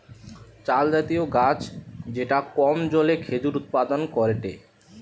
তালজাতীয় গাছ যেটা কম জলে খেজুর উৎপাদন করেটে